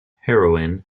heroin